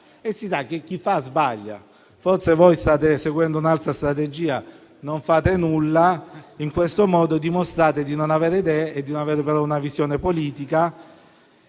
e si sa che chi fa sbaglia. Forse voi state seguendo un'altra strategia: non fate nulla e in questo modo dimostrate di non avere idee e di non avere una visione politica